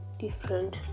Different